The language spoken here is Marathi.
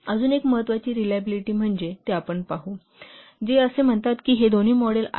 अजून एक महत्वाची रिलॅबिलिटी आहे हे आपण पाहू जे असे म्हणतात की हे दोन्ही मॉडेल आहेत